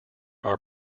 are